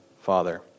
Father